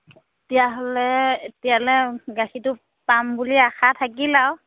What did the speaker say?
তেতিয়াহ'লে এতিয়ালৈ গাখীৰটো পাম বুলি আশা থাকিল আৰু